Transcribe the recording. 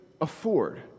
afford